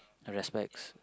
respects